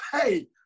hey